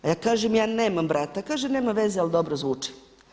A ja kažem ja nemam brata, kaže nema veze ali dobro zvuči.